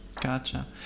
gotcha